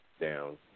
down